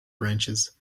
branches